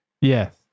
Yes